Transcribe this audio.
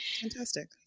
Fantastic